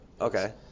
Okay